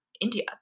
India